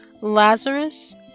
Lazarus